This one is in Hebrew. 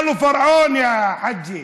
(אומר בערבית: